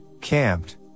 camped